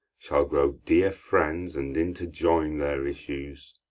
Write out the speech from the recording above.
shall grow dear friends and interjoin their issues.